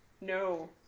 no